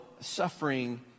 suffering